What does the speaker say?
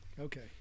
okay